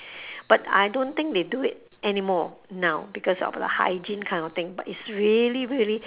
but I don't think they do it anymore now because of the hygiene kind of thing but it's really really